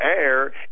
air